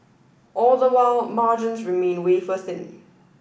all the while margins remain wafer thin